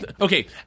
okay